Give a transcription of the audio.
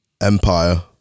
empire